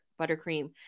buttercream